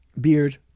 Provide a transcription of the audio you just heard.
beard